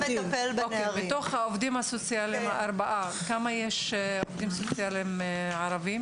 כמה עובדים סוציאליים ערבים יש מתוך הארבעה?